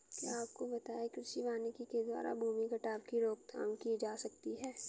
क्या आपको पता है कृषि वानिकी के द्वारा भूमि कटाव की रोकथाम की जा सकती है?